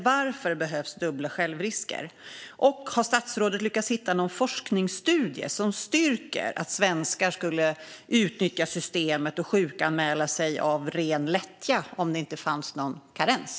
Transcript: Varför behövs dubbla självrisker? Har statsrådet lyckats hitta någon forskningsstudie som styrker att svenskar skulle utnyttja systemet och sjukanmäla sig av ren lättja om det inte fanns någon karens?